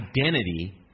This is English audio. identity